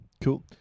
Cool